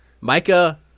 Micah